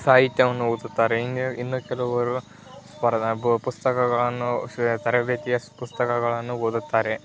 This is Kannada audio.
ಸಾಹಿತ್ಯವನ್ನು ಓದುತ್ತಾರೆ ಇನ್ನು ಇನ್ನು ಕೆಲವರು ಸ್ಪರ್ಧಾ ಬು ಪುಸ್ತಕಗಳನ್ನು ಶ್ ತರಬೇತಿಯ ಸ್ ಪುಸ್ತಕಗಳನ್ನು ಓದುತ್ತಾರೆ